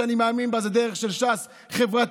הדרך שאני מאמין בה היא דרך של ש"ס, חברתית.